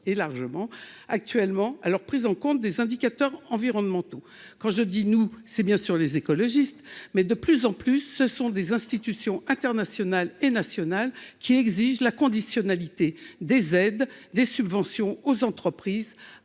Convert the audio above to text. est largement actuellement alors prise en compte des indicateurs environnementaux, quand je dis nous, c'est bien sûr les écologistes mais de plus en plus ce sont des institutions internationales et nationales qui exige la conditionnalité des aides, des subventions aux entreprises,